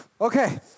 okay